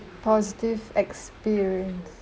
positive experience